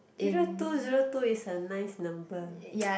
zero two zero two is a nice number